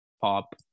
pop